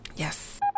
Yes